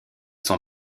son